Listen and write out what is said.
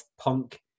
punk